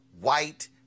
white